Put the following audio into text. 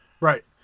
Right